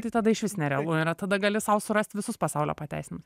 tai tada išvis nerealu yra tada gali sau surasti visus pasaulio pateisinimus